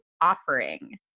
offering